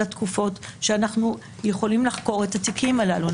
לתקופות שאנחנו יכולים לחקור את התיקים הללו.